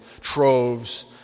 troves